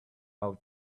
how